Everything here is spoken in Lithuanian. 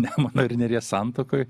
nemuno ir neries santakoj